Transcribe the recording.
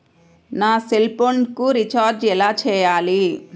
నా సెల్ఫోన్కు రీచార్జ్ ఎలా చేయాలి?